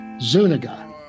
Zuniga